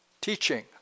teaching